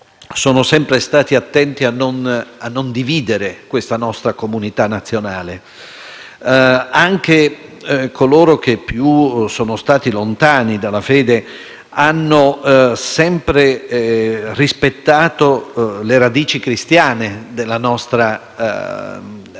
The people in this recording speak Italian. sono sempre stati attenti a non dividere la nostra comunità nazionale e anche coloro che più sono stati lontani dalla fede hanno sempre rispettato le radici cristiane della nostra